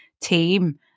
team